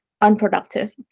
unproductive